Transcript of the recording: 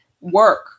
work